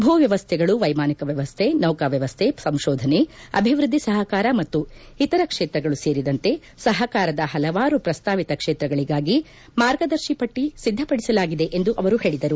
ಭೂ ವ್ಯವಸ್ಟೆಗಳು ವ್ಲೆಮಾನಿಕ ವ್ಯವಸ್ಸೆ ನೌಕಾ ವ್ಯವಸ್ಸೆ ಸಂಶೋಧನೆ ಹಾಗೂ ಅಭಿವ್ಯದ್ದಿ ಸಹಕಾರ ಮತ್ತು ಇತರ ಕ್ಷೇತ್ರಗಳು ಸೇರಿದಂತೆ ಸಹಕಾರದ ಹಲವಾರು ಪ್ರಸ್ತಾವಿತ ಕ್ಷೇತ್ರಗಳಿಗಾಗಿ ಮಾರ್ಗದರ್ಶಿ ಪಟ್ಟಿ ಸಿದ್ದಪಡಿಸಲಾಗಿದೆ ಎಂದು ಅವರು ಹೇಳಿದರು